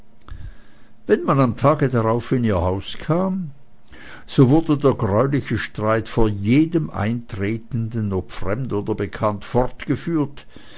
wenn man am tage darauf in ihr haus kam so wurde der greuliche streit vor jedem eintretenden ob fremd oder bekannt fortgeführt